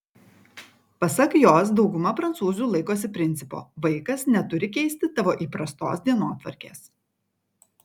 pasak jos dauguma prancūzių laikosi principo vaikas neturi keisti tavo įprastos dienotvarkės